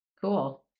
Cool